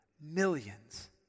millions